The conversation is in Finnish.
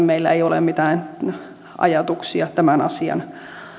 meillä ei ole mitään ajatuksia tämän asian